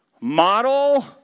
Model